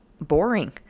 boring